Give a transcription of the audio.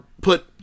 put